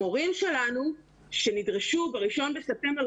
המורים שלנו שנדרשו ב-1 בספטמבר,